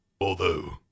Although